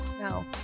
no